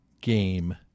game